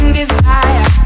desire